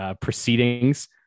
proceedings